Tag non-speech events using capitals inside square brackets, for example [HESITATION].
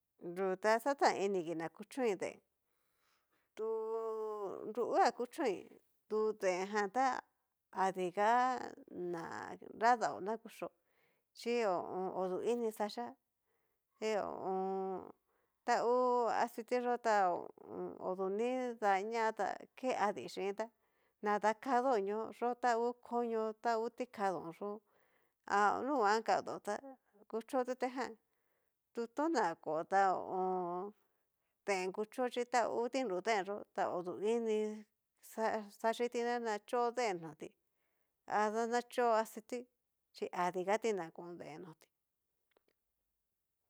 Yú ta xataini ngi na kuchoin deen tu [HESITATION] nru'ua kuchoin, tu deen jan ta adiga na nradaó na kuxhió, chí ho o on. odú ini xhaxhía, xhí ho o on. tangu aciti yó ta odu nridaña tan ke adichintá, na dakadonió yó ta ngu koño ta ngu tikadón yó, ha nunguan kadaó tá kuchó tutejan tu tona konta hu u un. deen kucho chí ta ngu deen yó ta odu ini xhaxhiti ná nachio deen no a na xhío aciti noti xhi adigati na kon deen notí.